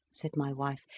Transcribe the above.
said my wife,